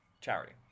Charity